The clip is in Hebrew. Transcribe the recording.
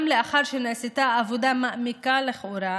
גם לאחר שנעשתה עבודה מעמיקה לכאורה,